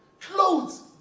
Clothes